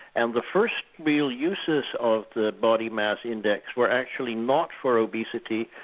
and the first real uses of the body mass index were actually not for obesity,